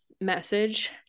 message